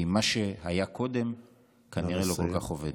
כי מה שהיה קודם כנראה לא כל כך עובד.